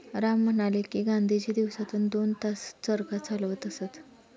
राम म्हणाले की, गांधीजी दिवसातून दोन तास चरखा चालवत असत